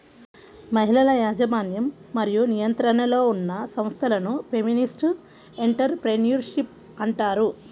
మహిళల యాజమాన్యం మరియు నియంత్రణలో ఉన్న సంస్థలను ఫెమినిస్ట్ ఎంటర్ ప్రెన్యూర్షిప్ అంటారు